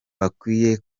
bakwiye